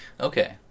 Okay